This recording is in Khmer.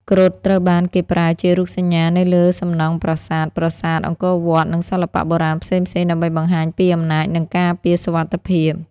គ្រុឌត្រូវបានគេប្រើជារូបសញ្ញានៅលើសំណង់ប្រាសាទ ប្រាសាទអង្គរវត្ត និងសិល្បៈបុរាណផ្សេងៗ ដើម្បីបង្ហាញពីអំណាច និងការពារសុវត្ថិភាព។